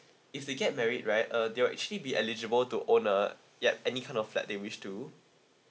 if they get married right uh they will actually be eligible to own a yup any kind of flat they wish to